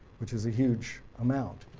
which is a huge amount.